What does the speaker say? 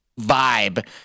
vibe